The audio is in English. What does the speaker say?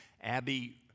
Abby